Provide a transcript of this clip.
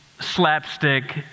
slapstick